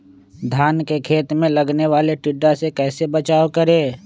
धान के खेत मे लगने वाले टिड्डा से कैसे बचाओ करें?